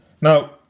Now